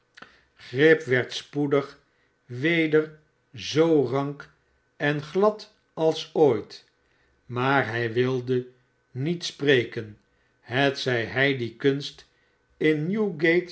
grip werd spoedig weder zoo rank en glad als ooit maar hrj wilde niet spreken hetzij hij die kunst in